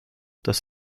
das